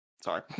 sorry